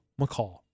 McCall